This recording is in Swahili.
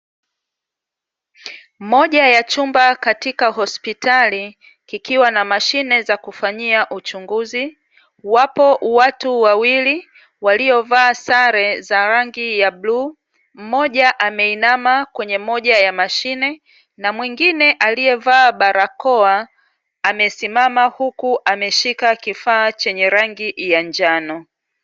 Moja ya chumba katika hosptali kikiwa na mashine za kufanyia uchunguzi, wapo watu wawili walio vaa sare za rangi ya bluu, mmoja ameinama kwenye moja ya mashine na mwingine alievaa barakoa amesimama huku ameshika kifaa chenye rangi ya njano.